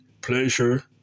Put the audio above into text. pleasure